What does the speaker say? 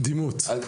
קדימות, כן.